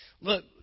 look